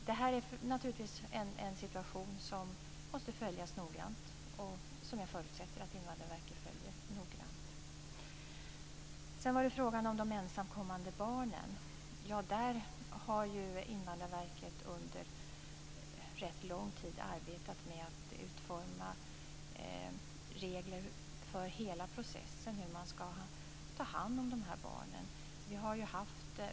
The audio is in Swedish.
Det här är en situation som måste följas noggrant och som jag förutsätter att Invandrarverket följer noggrant. Sedan var det frågan om de ensamkommande barnen. Där har Invandrarverket under rätt lång tid arbetat med att utforma regler för hela processen hur man ska ta hand om de här barnen.